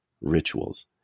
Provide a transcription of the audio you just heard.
rituals